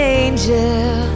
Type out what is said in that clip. angel